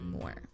more